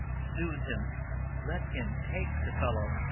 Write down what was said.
soothe him let him take the fellow.